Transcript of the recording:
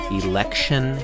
election